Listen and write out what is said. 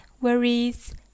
worries